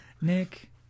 Nick